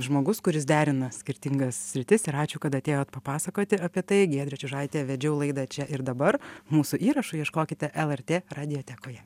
žmogus kuris derina skirtingas sritis ir ačiū kad atėjot papasakoti apie tai giedrė čiužaitė vedžiau laidą čia ir dabar mūsų įrašų ieškokite lrt radiotekoje